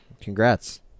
congrats